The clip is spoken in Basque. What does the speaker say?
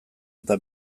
eta